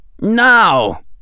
Now